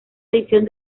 edición